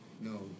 No